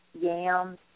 yams